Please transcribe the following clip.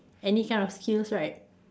any kind of skills right